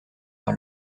vers